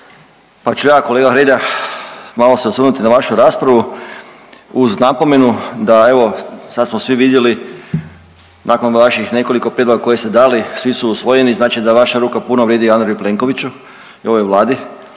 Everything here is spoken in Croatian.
pa ću ja kolega Hrelja malo se osvrnuti na vašu raspravu uz napomenu da evo sad smo svi vidjeli nakon vaših nekoliko prijedloga koje ste dali, svi su usvojeni, znači da vaša ruka puno vrijedi Andreju Plenkoviću i ovoj Vladi,